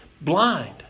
blind